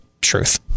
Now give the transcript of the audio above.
truth